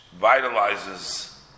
vitalizes